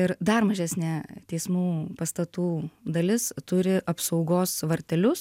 ir dar mažesnė teismų pastatų dalis turi apsaugos vartelius